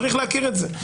צריך להכיר את זה.